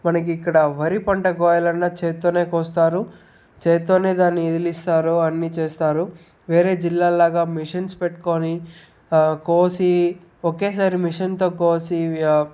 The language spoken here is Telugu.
మనకిక్కడ వరి పంట కోయాలన్న చేత్తోనే కోస్తారు చేత్తోనే దాన్ని విదిలిస్తారు అన్ని చేస్తారు వేరే జిల్లాలాగా మిషన్స్ పెట్టుకుని కోసి ఒకేసారి మిషన్స్తో కోసి